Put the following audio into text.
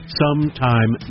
sometime